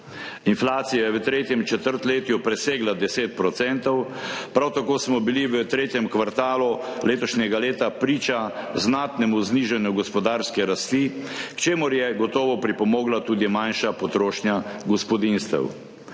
Inflacija je v tretjem četrtletju presegla 10 %, prav tako smo bili v tretjem kvartalu letošnjega leta priča znatnemu znižanju gospodarske rasti, k čemur je gotovo pripomogla tudi manjša potrošnja gospodinjstev.